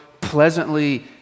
pleasantly